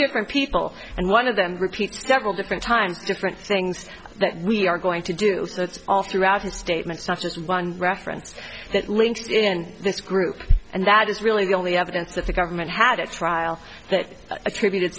different people and one of them repeats several different times different things that we are going to do so it's all throughout his statements such as one reference that linked in this group and that is really the only evidence that the government had a trial that attributed